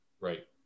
right